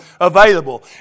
available